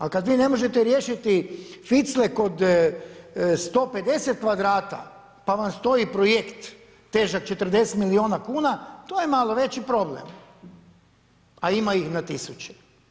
A kad vi ne možete riješiti ficlek od 150 kvadrata pa vam stoji projekt težak 40 milijuna kuna, to je malo veći problem, a ima ih na tisuće.